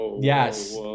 yes